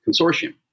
consortium